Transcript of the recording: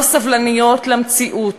לא סובלניות למציאות